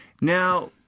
now